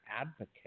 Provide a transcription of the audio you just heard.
advocate